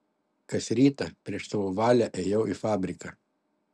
kas rytą prieš savo valią ėjau į fabriką